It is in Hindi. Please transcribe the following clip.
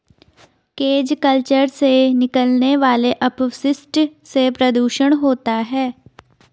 केज कल्चर से निकलने वाले अपशिष्ट से प्रदुषण होता है